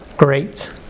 Great